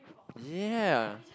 ya